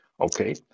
okay